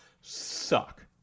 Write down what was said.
Suck